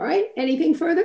right anything furthe